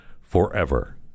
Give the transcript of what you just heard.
forever